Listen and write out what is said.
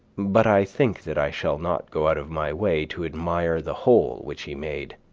but i think that i shall not go out of my way to admire the hole which he made.